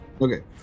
okay